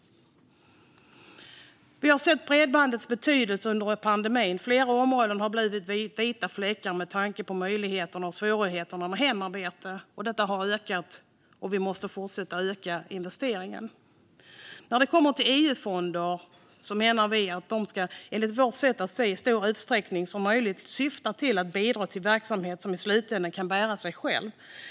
Vi har sett bredbandets betydelse under pandemin. Flera områden har blivit vita fläckar med tanke på möjligheterna och svårigheterna med hemarbete, som har ökat. Vi måste fortsätta att öka investeringen i bredband. När det kommer till EU-fonder ska de enligt Moderaternas sätt att se i så stor utsträckning som möjligt syfta till att bidra till verksamhet som i slutändan kan bära sig själv.